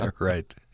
Right